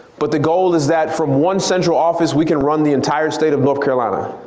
but the goal is that from one central office we can run the entire state of north carolina.